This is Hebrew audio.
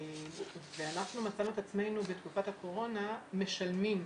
ואנחנו מצאנו את עצמנו בתקופת הקורונה משלמים מענקים.